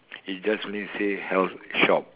it just only say health shop